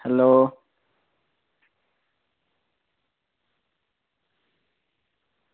hello